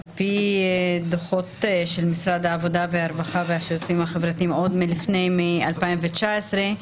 על פי דוחות של משרד העבודה והרווחה והשירותים החברתיים עוד מאז 2019,